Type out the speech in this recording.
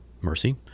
mercy